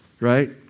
right